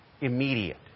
immediate